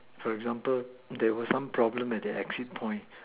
for example there were some problem at the action point